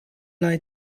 lai